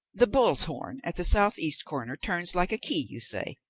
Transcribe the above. the bull's horn at the south-east corner turns like a key, you say?